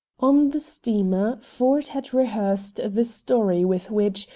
on the steamer ford had rehearsed the story with which,